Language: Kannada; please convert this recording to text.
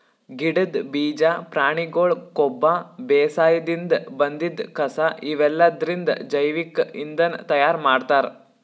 ಗಿಡದ್ ಬೀಜಾ ಪ್ರಾಣಿಗೊಳ್ ಕೊಬ್ಬ ಬೇಸಾಯದಿನ್ದ್ ಬಂದಿದ್ ಕಸಾ ಇವೆಲ್ಲದ್ರಿಂದ್ ಜೈವಿಕ್ ಇಂಧನ್ ತಯಾರ್ ಮಾಡ್ತಾರ್